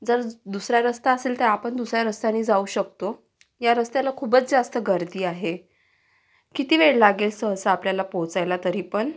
जर दुसरा रस्ता असेल तर आपण दुसऱ्या रस्त्याने जाऊ शकतो ह्या रस्त्याला खूपच जास्त गर्दी आहे किती वेड लागेल सहसा आपल्याला पोहचायला तरी पण